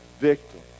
victim